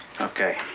Okay